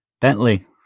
Bentley